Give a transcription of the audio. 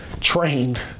trained